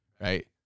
Right